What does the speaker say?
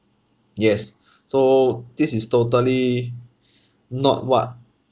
yes so this is totally not what